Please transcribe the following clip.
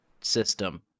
system